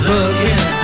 Looking